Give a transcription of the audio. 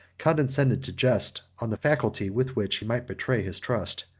condescended to jest on the facility with which he might betray his trust.